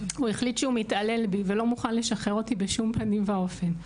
הוא החליט שהוא מתעלל בי ולא מוכן לשחרר אותי בשום פנים ואופן.